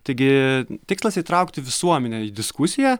taigi tikslas įtraukti visuomenę į diskusiją